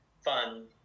Fun